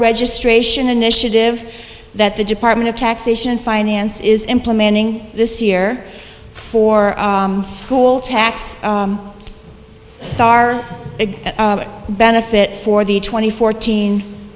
registration initiative that the department of taxation finance is implementing this year for school tax star a benefit for the twenty fourteen